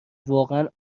واقعا